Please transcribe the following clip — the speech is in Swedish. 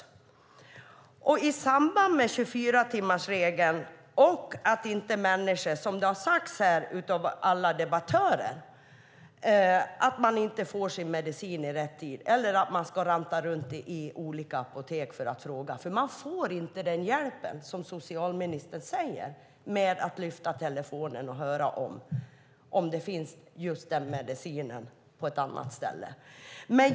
Det finns ett samband mellan 24-timmarsregeln och att människor, som har sagts här av alla debattörer, inte får sin medicin i rätt tid eller ska ranta runt till olika apotek för att fråga efter den, för man får inte den hjälp som socialministern säger med att lyfta telefonen och höra om just den medicinen finns på ett annat ställe.